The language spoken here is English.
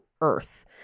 earth